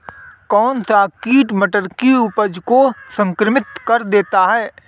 कौन सा कीट मटर की उपज को संक्रमित कर देता है?